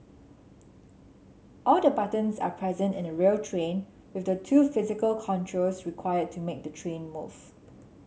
all the buttons are present in a real train with the two physical controls required to make the train move